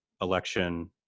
election